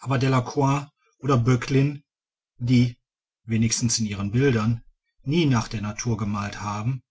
aber delacroix oder böcklin die wenigstens in ihren bildern nie nach der natur gemalt haben